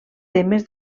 temes